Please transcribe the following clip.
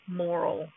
moral